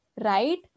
right